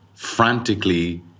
frantically